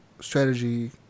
strategy